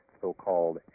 so-called